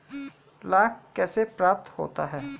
लाख कैसे प्राप्त होता है?